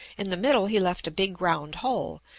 in the middle he left a big round hole,